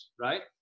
right